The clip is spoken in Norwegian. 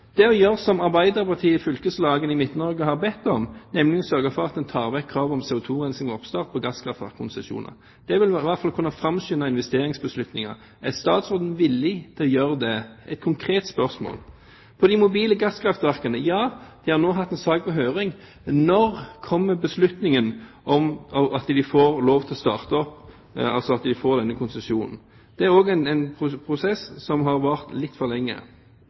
er å gjøre som Arbeiderpartiets fylkeslag i Midt-Norge har bedt om, nemlig å sørge for at en tar vekk kravet om CO2-rensing ved oppstart på gasskraftverkkonsesjoner. Det vil i hvert fall kunne framskynde investeringsbeslutninger. Er statsråden villig til å gjøre det? Det er et konkret spørsmål. Når det gjelder de mobile gasskraftverkene, har det nå vært en sak på høring. Når kommer beslutningen om at de får lov til å starte opp, at de altså får konsesjon? Det er også en prosess som har vart litt for lenge.